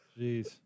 jeez